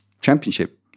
championship